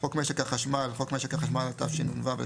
"חוק משק החשמל" - חוק משק החשמל, התשנ"ו-1996,